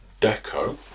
Deco